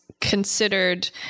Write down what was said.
considered